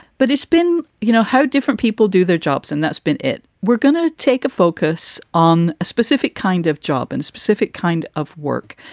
but it's been, you know, how different people do their jobs and that's been it. we're going to take a focus on a specific kind of job and specific kind of work,